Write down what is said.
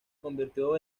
convirtió